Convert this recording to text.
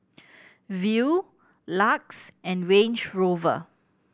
Viu LUX and Range Rover